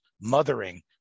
mothering